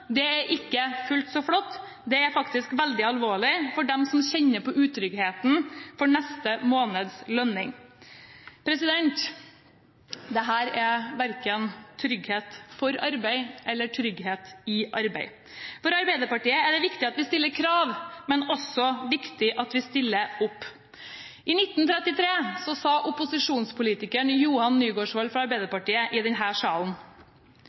Det er ikke fullt så flott, det er faktisk veldig alvorlig for dem som kjenner på utryggheten for neste måneds lønning. Dette er verken trygghet for arbeid eller trygghet i arbeid. For Arbeiderpartiet er det viktig at vi stiller krav, men også viktig at vi stiller opp. I 1933 sa opposisjonspolitikeren Johan Nygaardsvold fra Arbeiderpartiet i denne salen: